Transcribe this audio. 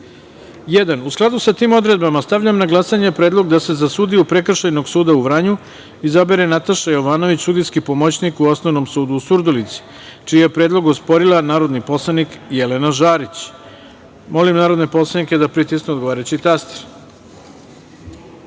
U skladu sa tim odredbama stavljam na glasanje predlog za da se sudiju Prekršajnog suda u Vranju izabere Nataša Jovanović, sudijski pomoćnik u Osnovnom sudu u Surdulici, čiji je predlog osporila narodni poslanik Jelena Žarić Kovačević. Molim narodne poslanike da pritisnu odgovarajući